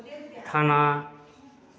थाना